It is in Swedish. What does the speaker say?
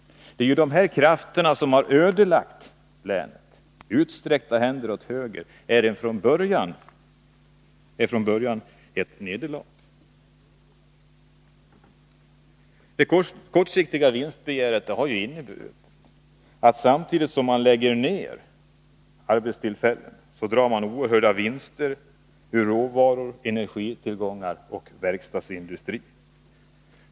Det är dessa krafter som har ödelagt länet. Utsträckta händer åt höger är från början ett nederlag. Det kortsiktiga vinstbegäret har inneburit att samtidigt som man lägger ner arbetstillfällen drar man oerhörda vinster ur råvaror, energitillgångar och verkstadsindustri.